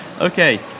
Okay